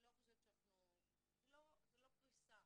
זו לא קריסה.